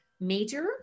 major